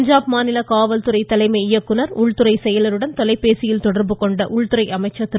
பஞ்சாப் மாநில காவல்துறை தலைமை இயக்குநர் உள்துறை செயலருடன் தொலைபேசியில் தொடர்பு கொண்ட உள்துறை அமைச்சர் திரு